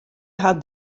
hat